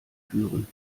führen